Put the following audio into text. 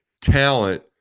talent